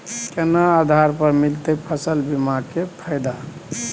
केना आधार पर मिलतै फसल बीमा के फैदा?